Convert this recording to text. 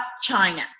China